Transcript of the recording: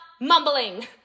mumbling